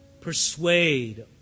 persuade